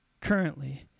currently